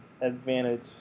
advantage